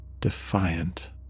defiant